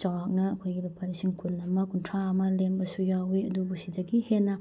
ꯆꯧꯔꯥꯛꯅ ꯑꯩꯈꯣꯏꯒꯤ ꯂꯨꯄꯥ ꯂꯤꯁꯤꯡ ꯀꯨꯟꯑꯃ ꯀꯨꯟꯊ꯭ꯔꯥ ꯑꯃ ꯂꯦꯝꯕꯁꯨ ꯌꯥꯎꯏ ꯑꯗꯨꯕꯨ ꯁꯤꯗꯒꯤ ꯍꯦꯟꯅ